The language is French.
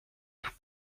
tout